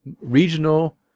regional